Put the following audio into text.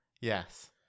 Yes